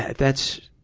that's,